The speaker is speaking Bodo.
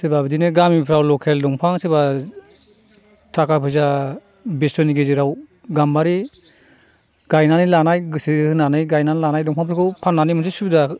सोरबा बिदिनो गामिफोराव लकेल दंफां सोरबा थाखा फैसा बेफोरनि गेजेराव गामबारि गायनानै लानाय गोसो होनानै गायनानै लानाय दंफांफोरखौ फाननानै मोनसे सुबिदा